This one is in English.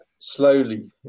slowly